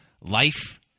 life